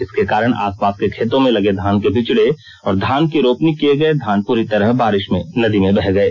इसके कारण आस पास के खेतों में लगे धान के बिचड़े और धान की रोपनी किये गए धान पूरी तरह बारिश में नदी में बह गए